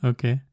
Okay